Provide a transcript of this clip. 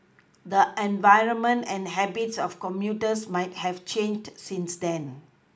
the environment and habits of commuters might have changed since then